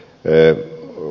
levy on